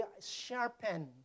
sharpen